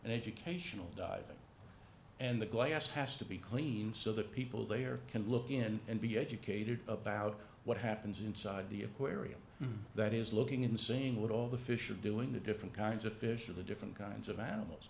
and educational diving and the glass has to be clean so that people they are can look in and be educated about what happens inside the aquarium that is looking in seeing what all the fish are doing the different kinds of fish or the different kinds of animals